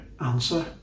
answer